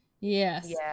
Yes